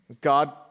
God